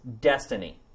destiny